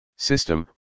System